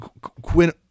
Quinn